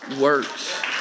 works